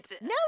No